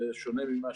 בשונה ממה